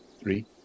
three